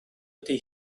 ydy